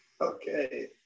Okay